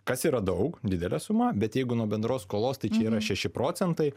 kas yra daug didelė suma bet jeigu nuo bendros skolos tai yra šeši procentai